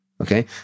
okay